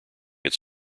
its